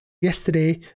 yesterday